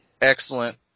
Excellent